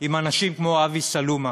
עם אנשים כמו אבי סלומה,